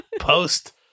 post